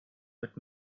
but